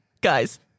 Guys